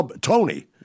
Tony